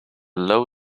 low